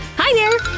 hi there!